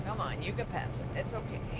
come on, you can pass him, it's okay.